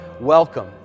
welcome